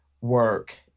work